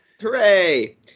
Hooray